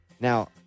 Now